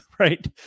right